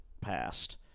passed